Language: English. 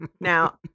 now